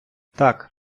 так